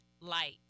light